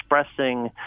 expressing